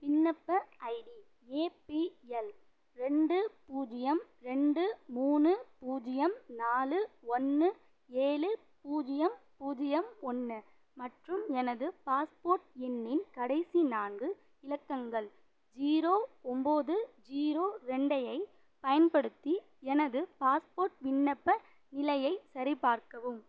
விண்ணப்ப ID A P L ரெண்டு பூஜ்ஜியம் ரெண்டு மூணு பூஜ்ஜியம் நாலு ஒன்று ஏழு பூஜ்ஜியம் பூஜ்ஜியம் ஒன்று மற்றும் எனது பாஸ்போர்ட் எண்ணின் கடைசி நான்கு இலக்கங்கள் ஜீரோ ஒம்போது ஜீரோ ரெண்டைப் பயன்படுத்தி எனது பாஸ்போர்ட் விண்ணப்ப நிலையை சரிபார்க்கவும்